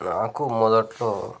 నాకు మొదట్లో